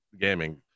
gaming